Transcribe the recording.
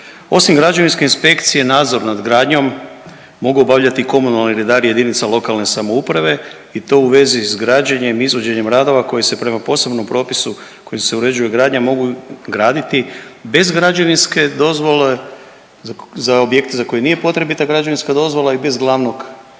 Osim građevinske inspekcije nadzor nad gradnjom mogu obavljati i komunalni redari jedinica lokalne samouprave i to u vezi sa građenjem, izvođenjem radova koji se prema posebnom propisu kojim se uređuje gradnja mogu graditi bez građevinske dozvole za objekte za koje nije potrebita građevinska dozvola i bez glavnog